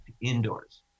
indoors